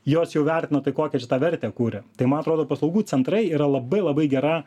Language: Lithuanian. jos jau vertina tai kokią čia tą vertę kuriam tai man atrodo paslaugų centrai yra labai labai gera